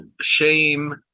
shame